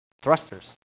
thrusters